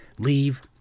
leave